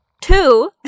Two